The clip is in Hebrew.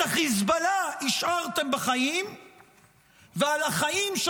את החיזבאללה השארתם בחיים ועל החיים של